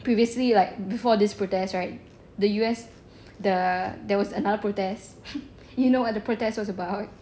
previously like before this protest right the U_S the there was another protest do you know what the protest was about